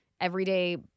everyday